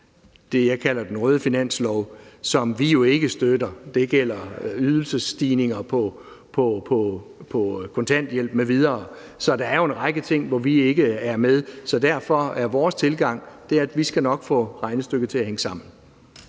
det, jeg kalder den røde finanslov, som vi ikke støtter – det gælder ydelsesstigninger på kontanthjælp m.v. Så der er jo en række ting, hvor vi ikke er med. Derfor er vores tilgang, at vi nok skal få regnestykket til at hænge sammen.